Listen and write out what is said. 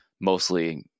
mostly